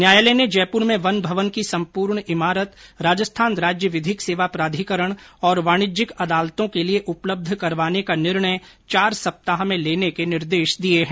न्यायालय ने जयपुर में वन भवन की संपूर्ण इमारत राजस्थान राज्य विधिक सेवा प्राधिकरण और वाणिज्यिक अदालतों के लिए उपलब्य करवाने का निर्णय चार सप्ताह में लेने के निर्देश दिए हैं